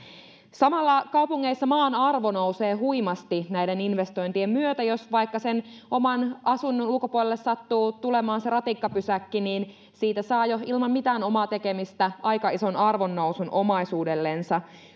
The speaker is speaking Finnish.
samalla kaupungeissa maan arvo nousee huimasti näiden investointien myötä jos vaikka sen oman asunnon ulkopuolelle sattuu tulemaan ratikkapysäkki niin siitä saa jo ilman mitään omaa tekemistä aika ison arvonnousun omaisuudellensa